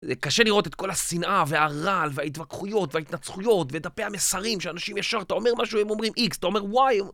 זה קשה לראות את כל השנאה והרעל וההתווכחויות וההתנצחויות ואת דפי המסרים שאנשים ישר... אתה אומר משהו והם אומרים x, אתה אומר y...